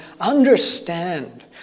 understand